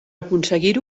aconseguir